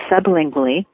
sublingually